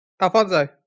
Alfonso